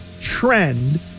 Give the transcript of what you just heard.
trend